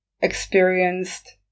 experienced